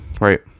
right